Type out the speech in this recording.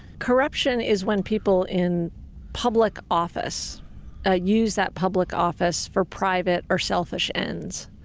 corruption is when people in public office ah use that public office for private or selfish ends.